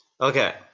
Okay